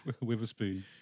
Witherspoon